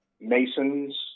Masons